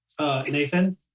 Nathan